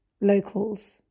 locals